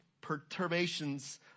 perturbations